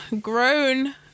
Grown